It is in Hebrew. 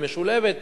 והיא משולבת,